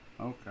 Okay